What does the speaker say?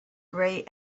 grey